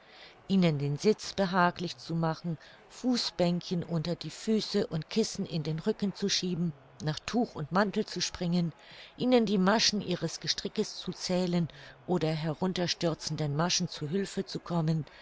ihnen den sitz behaglich zu machen fußbänkchen unter die füße und kissen in den rücken zu schieben nach tuch und mantel zu springen ihnen die maschen ihres gestrickes zu zählen oder herunterstürzenden maschen zu hülfe zu kommen